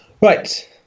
right